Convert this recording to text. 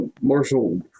marshall